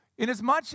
Inasmuch